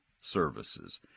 Services